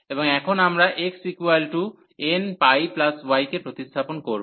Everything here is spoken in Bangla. এবং এখন আমরা এখানে xnπy কে প্রতিস্থাপন করব